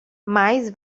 mais